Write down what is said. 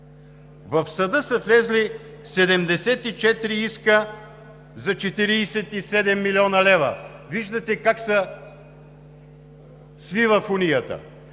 В съда са влезли 74 иска за 47 млн. лв. Виждате как се свива фунията.